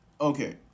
Okay